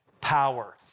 power